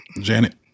Janet